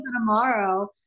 tomorrow